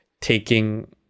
taking